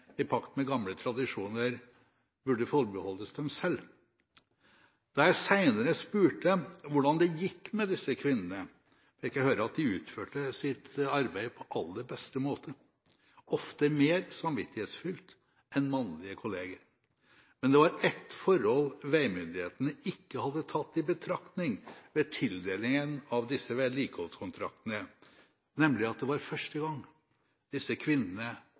i pakt med gamle tradisjoner – burde forbeholdes dem selv. Da jeg senere spurte dem om hvordan det gikk med disse kvinnene, fikk jeg høre at de utførte sitt arbeid på aller beste måte – ofte mer samvittighetsfullt enn mannlige kolleger. Men det var ett forhold veimyndighetene ikke hadde tatt i betraktning ved tildelingen av disse vedlikeholdskontraktene, nemlig at det var første gang disse kvinnene